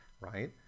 right